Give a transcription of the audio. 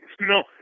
No